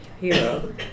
hero